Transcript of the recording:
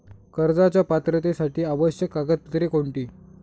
कर्जाच्या पात्रतेसाठी आवश्यक कागदपत्रे कोणती?